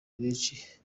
benshi